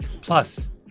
Plus